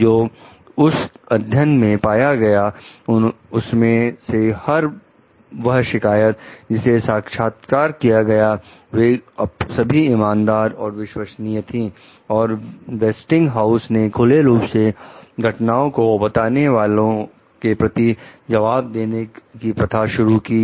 जो उस अध्ययन में पाया गया उनमें से हर वह शिकायत जिसे साक्षात्कार किया गया वे सभी ईमानदार और विश्वसनीय थी और वेस्टिंगहाउस ने खुले रुप से घटनाओं को बताने वालों के प्रति जवाब देने की प्रथा शुरू कर दी